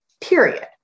Period